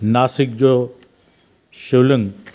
नासिक जो शिवलिंग